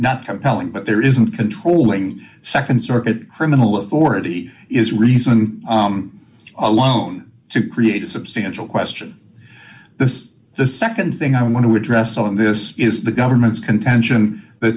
not compelling but there isn't controlling nd circuit criminal authority is reason alone to create a substantial question this is the nd thing i want to address on this is the government's contention the